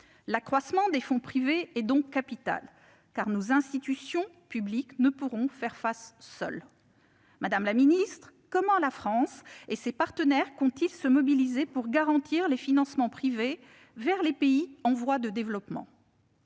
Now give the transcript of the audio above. L'accroissement des fonds privés est donc capital, car nos institutions publiques ne pourront faire face seules. Madame la secrétaire d'État, comment la France et ses partenaires comptent-ils se mobiliser pour garantir les financements privés vers les pays en voie de développement ?